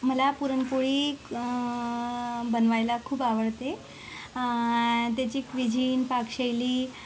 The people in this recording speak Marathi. मला पुरणपोळी बनवायला खूप आवडते त्याची क्विझिन पाकशैली